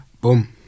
boom